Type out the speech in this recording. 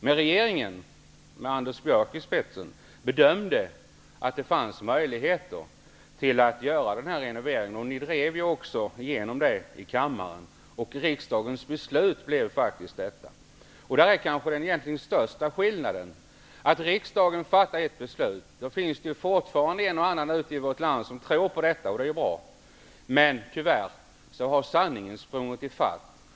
Men regeringen, med Anders Björck i spetsen, bedömde att det fanns möjligheter att göra denna renovering. Ni drev också igenom detta i kammaren, och det blev riksdagens beslut. Här finns den största skillnaden. När riksdagen fattar ett beslut finns det fortfarande en och annan ute i vårt land som tror på detta, och det är bra. Men tyvärr har sanningen sprungit ifatt regeringen.